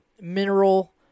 mineral